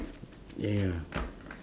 ya ya